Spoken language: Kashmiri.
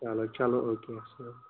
چلو چلو اوکے